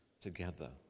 together